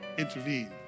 intervene